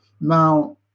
Now